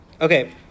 Okay